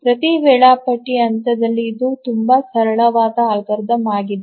ಪ್ರತಿ ವೇಳಾಪಟ್ಟಿ ಹಂತದಲ್ಲಿ ಇದು ತುಂಬಾ ಸರಳವಾದ ಅಲ್ಗಾರಿದಮ್ ಆಗಿದೆ